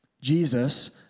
Jesus